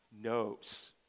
knows